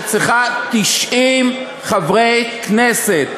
שצריכה 90 חברי כנסת.